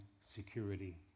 security